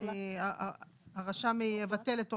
הרשם יבטל את הצו.